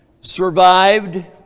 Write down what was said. survived